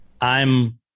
I'm-